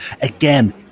again